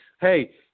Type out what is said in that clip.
hey